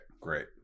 great